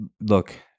Look